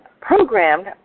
programmed